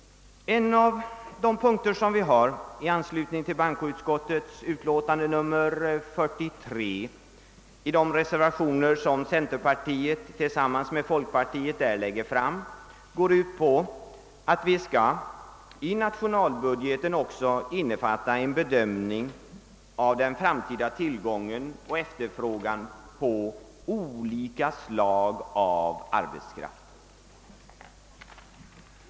En av folkpartiets och centerpartiets reservationer vid bankoutskottets utlåtande nr 43 går ut på bl.a. att nationalbudgeten också skall innefatta en bedömning av den framtida tillgången och efterfrågan på olika slags arbetskraft.